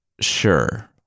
Sure